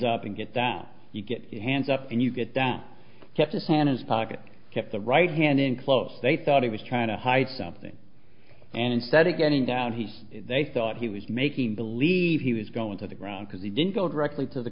up and get that you get your hands up and you get down his hand his pocket kept the right hand in close they thought he was trying to hide something and instead of getting down he they thought he was making believe he was going to the ground because he didn't go directly to the